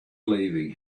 leaving